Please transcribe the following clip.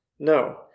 No